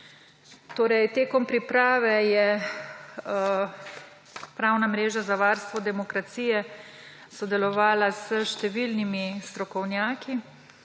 naprej. Tekom priprave je Pravna mreža za varstvo demokracije sodelovala s številnimi strokovnjaki.